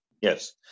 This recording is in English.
Yes